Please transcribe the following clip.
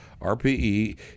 RPE